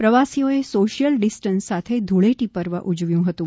પ્રવાસીઓએ social distance સાથે ધૂળેટી પર્વ ઉજવ્યું હતું